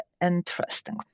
interesting